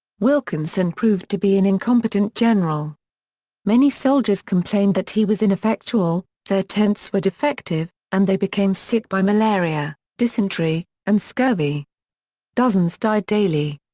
wilkinson proved to be an incompetent general many soldiers complained that he was ineffectual their tents were defective, and they became sick by malaria, dysentery, and scurvy dozens died daily.